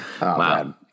Wow